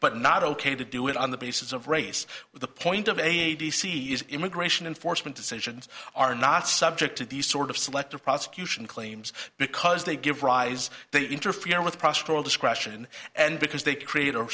but not ok to do it on the basis of race with the point of a d c is immigration enforcement decisions are not subject to these sort of selective prosecution claims because they give rise they interfere with profitable discretion and because they create